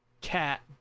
cat